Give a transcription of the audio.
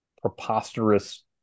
preposterous